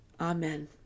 Amen